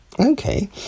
Okay